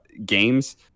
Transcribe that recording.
games